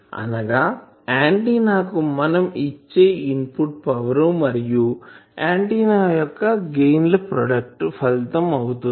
అనగా ఆంటిన్నా కు మనం ఇచ్చే ఇన్పుట్ పవర్ మరియు ఆంటిన్నా యొక్క గెయిన్ ల ప్రోడక్ట్ ఫలితం అవుతుంది